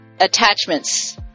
attachments